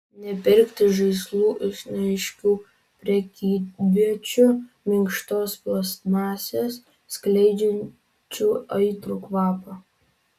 nepirkti žaislų iš neaiškių prekyviečių minkštos plastmasės skleidžiančių aitrų kvapą